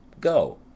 Go